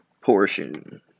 portion